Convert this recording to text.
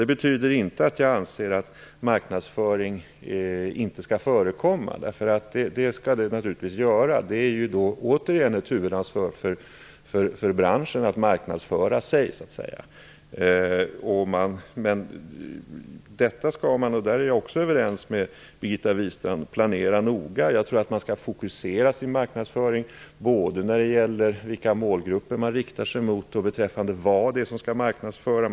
Det betyder inte att jag anser att marknadsföringen inte skall förekomma. Det skall den naturligtvis göra. Det är återigen fråga om ett huvudansvar för branschen. Det är branschen som skall marknadsföra sig. Jag är överens med Birgitta Wistrand om att detta skall planeras noga. Jag tror att man skall fokusera sin marknadsföring när det gäller både målgrupper och vad som skall marknadsföras.